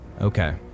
Okay